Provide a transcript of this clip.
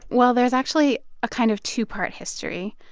well there's actually a kind of two-part history.